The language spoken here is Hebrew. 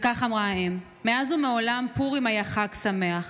וכך אמרה האם: מאז ומעולם פורים היה חג שמח,